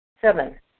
Seven